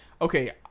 Okay